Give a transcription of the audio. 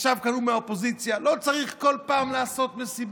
ישב כאן ההוא מהאופוזיציה: לא צריך בכל פעם לעשות מסיבות,